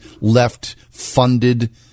left-funded